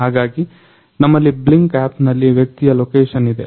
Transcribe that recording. ಹಾಗಾಗಿ ನಮ್ಮಲ್ಲಿ Blynk ಆಪ್ನಲ್ಲಿ ವ್ಯಕ್ತಿಯ ಲೊಕೆಷನ್ ಇದೆ